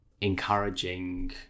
encouraging